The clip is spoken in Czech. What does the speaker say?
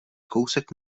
kousek